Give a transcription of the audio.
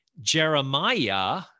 Jeremiah